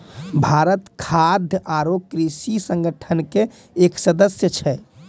भारत खाद्य आरो कृषि संगठन के एक सदस्य छै